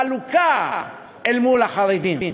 חלוקה אל מול החרדים.